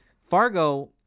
Fargo